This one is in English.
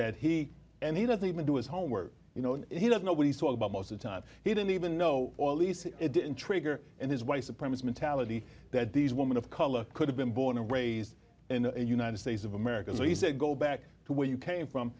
that he and he doesn't even do his homework you know he doesn't know what he's talking about most the time he didn't even know it didn't trigger and his wife's a promise mentality that these women of color could have been born and raised in the united states of america so he said go back to where you came from